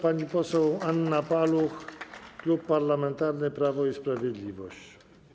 Pani poseł Anna Paluch, Klub Parlamentarny Prawo i Sprawiedliwość.